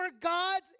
God's